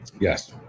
Yes